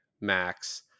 max